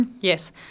Yes